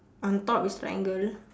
on top is triangle